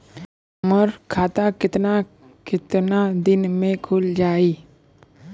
हमर खाता कितना केतना दिन में खुल जाई?